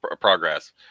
progress